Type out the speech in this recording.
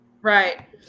Right